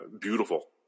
Beautiful